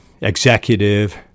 executive